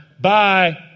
Bye